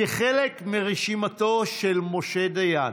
כחלק מרשימתו של משה דיין.